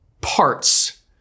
parts